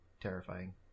terrifying